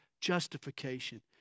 justification